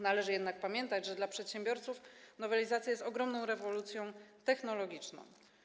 Należy jednak pamiętać, że dla przedsiębiorców nowelizacja jest ogromną rewolucją technologiczną.